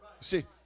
See